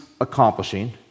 accomplishing